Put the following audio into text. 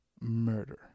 murder